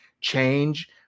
change